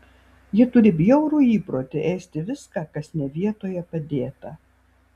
ji turi bjaurų įprotį ėsti viską kas ne vietoje padėta